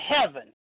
heaven